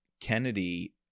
Kennedy